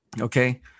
Okay